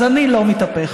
אז אני לא מתהפכת.